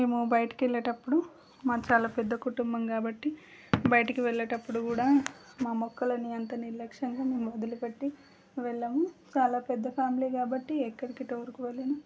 మేము బయటికి వెళ్ళేటప్పుడు మాది చాలా పెద్ద కుటుంబం కాబట్టి బయటికి వెళ్ళేటప్పుడు కూడా మా మొక్కల్ని అంత నిర్లక్ష్యంగా మేము వదిలిపెట్టి వెళ్ళము చాలా పెద్ద ఫ్యామిలీ కాబట్టి ఎక్కడికి టూరుకు వెళ్ళిన